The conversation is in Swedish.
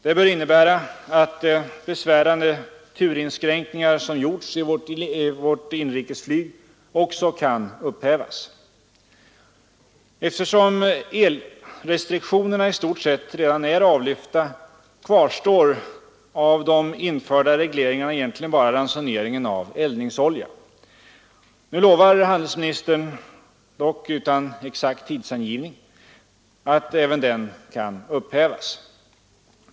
Det bör innebära att besvärande turinskränkningar som gjorts i vårt inrikesflyg också kan upphävas. Eftersom elrestriktionerna i stort sett redan är avlyfta kvarstår av de införda regleringarna egentligen bara ransoneringen av eldningsolja. Nu lovar handelsministern, dock utan exakt tidsangivning, att även den kan upphävas.